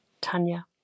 Tanya